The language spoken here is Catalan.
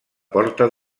porta